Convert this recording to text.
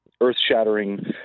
earth-shattering